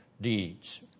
deeds